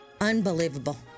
Unbelievable